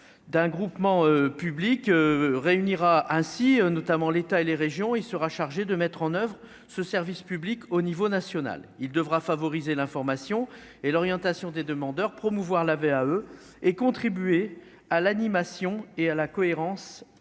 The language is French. d'un groupement public réunira ainsi notamment l'État et les régions, il sera chargé de mettre en oeuvre ce service public au niveau national, il devra favoriser l'information et l'orientation des demandeurs, promouvoir la VAE et contribuer à l'animation et à la cohérence